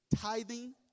Tithing